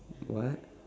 what